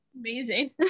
amazing